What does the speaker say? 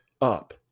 up